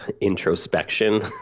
introspection